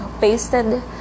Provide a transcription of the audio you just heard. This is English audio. pasted